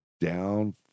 down